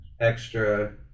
extra